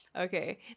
Okay